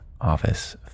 office